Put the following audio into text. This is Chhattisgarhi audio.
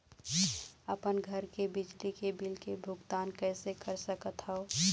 अपन घर के बिजली के बिल के भुगतान कैसे कर सकत हव?